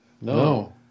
No